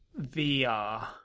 VR